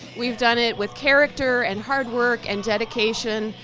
we have done it with character and hard work and dedication,